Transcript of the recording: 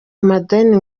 amadeni